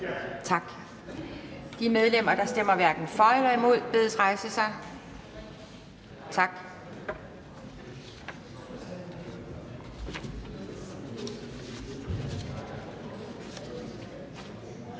Tak. De medlemmer, der stemmer hverken for eller imod, bedes rejse sig. Tak.